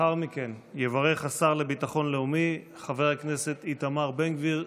לאחר מכן יברך השר לביטחון לאומי חבר הכנסת איתמר בן גביר,